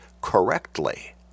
correctly